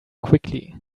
quickly